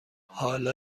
حالا